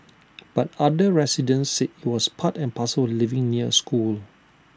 but other residents said IT was part and parcel of living near A school